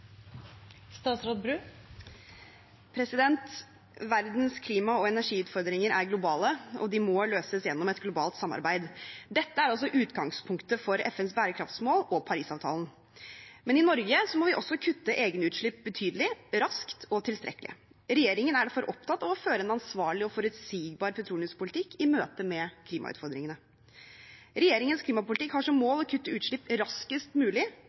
globale, og de må løses gjennom et globalt samarbeid. Dette er også utgangspunktet for FNs bærekraftsmål og Parisavtalen. Men i Norge må vi også kutte egne utslipp betydelig, raskt og tilstrekkelig. Regjeringen er derfor opptatt av å føre en ansvarlig og forutsigbar petroleumspolitikk i møte med klimautfordringene. Regjeringens klimapolitikk har som mål å kutte utslipp raskest mulig